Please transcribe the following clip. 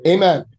Amen